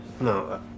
no